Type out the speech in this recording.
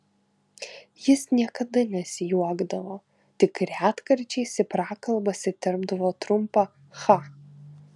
jis niekada nesijuokdavo tik retkarčiais į prakalbas įterpdavo trumpą cha